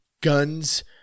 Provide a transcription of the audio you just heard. guns